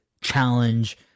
challenge